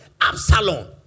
Absalom